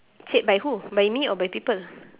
said by who by me or by people